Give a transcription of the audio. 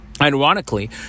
Ironically